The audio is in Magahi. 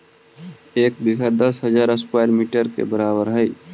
एक बीघा दस हजार स्क्वायर मीटर के बराबर हई